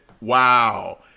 wow